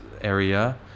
area